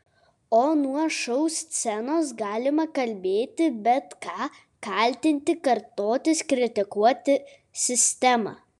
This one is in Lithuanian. o nuo šou scenos galima kalbėti bet ką kaltinti kartotis kritikuoti sistemą